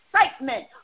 excitement